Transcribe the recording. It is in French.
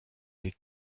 les